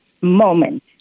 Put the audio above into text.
moment